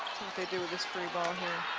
they do with this free ball